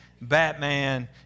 Batman